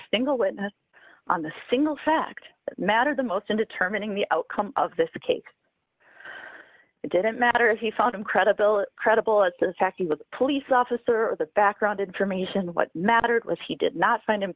stingel witness on the single fact that matter the most in determining the outcome of this cake didn't matter if he found him credibility credible as the fact he was a police officer or the background information what mattered was he did not find him